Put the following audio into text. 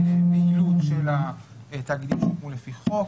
הפעילות של התאגידים שהוקמו לפי חוק.